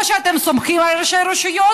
או שאתם סומכים על ראשי הרשויות,